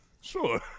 Sure